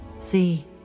See